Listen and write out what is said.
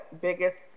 biggest